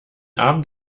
abend